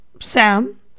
Sam